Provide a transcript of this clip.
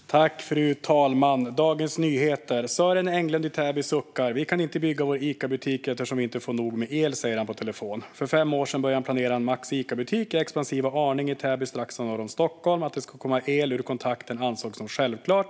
Fru talman! Jag citerar ur Dagens Nyheter: "Sören Englund i Täby suckar. - Vi kan inte bygga vår ICA-butik eftersom vi inte får nog med el, säger han på telefon. För fem år sedan började han planera en ICA Maxi-butik i expansiva Arninge i Täby strax norr om Stockholm. Att det skulle komma el ur kontakterna ansågs som självklart.